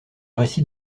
récit